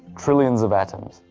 trillions of atoms,